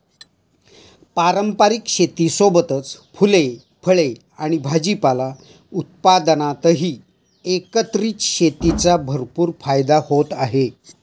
पारंपारिक शेतीसोबतच फुले, फळे आणि भाजीपाला उत्पादनातही एकत्रित शेतीचा भरपूर फायदा होत आहे